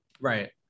Right